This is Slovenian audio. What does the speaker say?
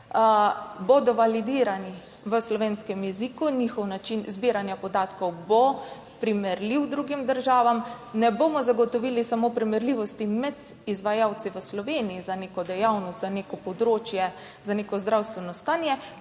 bodo validirani v slovenskem jeziku, njihov način zbiranja podatkov bo primerljiv drugim državam, ne bomo zagotovili samo primerljivosti med izvajalci v Sloveniji za neko dejavnost, za neko področje, za neko zdravstveno stanje,